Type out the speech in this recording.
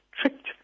tricked